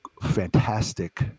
fantastic